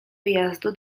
wyjazdu